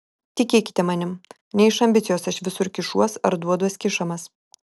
tikėkite manim ne iš ambicijos aš visur kišuos ar duoduos kišamas